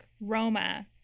Roma